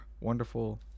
wonderful